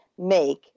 Make